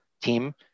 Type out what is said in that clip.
team